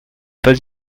pas